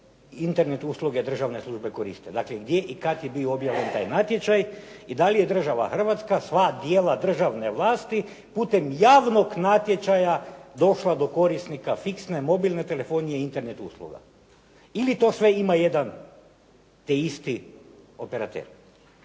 internet usluge državne službe koriste. Dakle, gdje i kad je bio objavljen taj natječaj i da li je država Hrvatska sva tijela državne vlasti putem javnog natječaja došla do korisnika fiksne, mobilne telefonije i internet usluga ili to sve ima jedan te isti operater.